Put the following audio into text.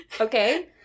Okay